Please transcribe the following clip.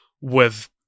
with-